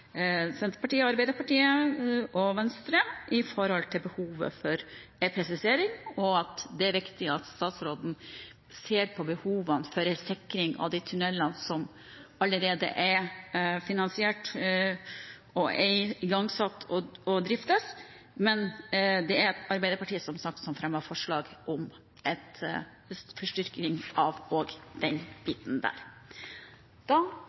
Senterpartiet, Arbeiderpartiet og Venstre når det gjelder behovet for en presisering, og at det er viktig at statsråden ser på behovene for sikring av de tunnelene som allerede er finansiert, igangsatt og driftes. Men det er som sagt Arbeiderpartiet som fremmer forslag om styrking også av den biten. Da har jeg redegjort for saken og